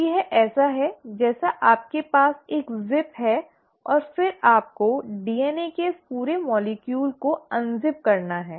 तो यह ऐसा है जैसे आपके पास एक ज़िप है और फिर आपको डीएनए के इस पूरे अणु को खोलना करना है